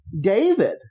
David